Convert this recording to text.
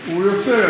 הוא יוצא.